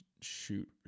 shoot